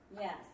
Yes